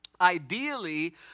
Ideally